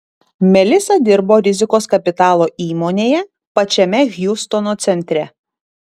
melisa dirbo rizikos kapitalo įmonėje pačiame hjustono centre